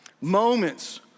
moments